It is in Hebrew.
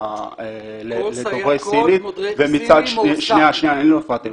לדוברי סינית ----- אני לא הפרעתי לך.